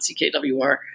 CKWR